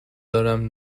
دارم